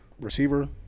receiver